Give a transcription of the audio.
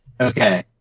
Okay